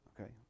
Okay